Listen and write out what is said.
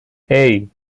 hey